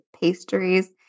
pastries